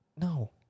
No